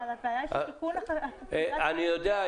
אבל הבעיה היא שתיקון החקיקה --- אני יודע.